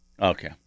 Okay